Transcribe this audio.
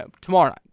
Tomorrow